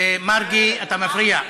אדוני היושב-ראש, מרגי, אתה מפריע.